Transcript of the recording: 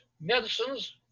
medicines